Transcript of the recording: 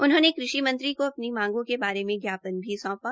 उन्होंने कृषि मंत्री को अपनी मांगों के बारे ज्ञापन भी सौंपा